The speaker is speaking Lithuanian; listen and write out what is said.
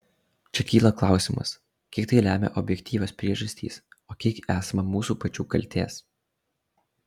čia kyla klausimas kiek tai lemia objektyvios priežastys o kiek esama mūsų pačių kaltės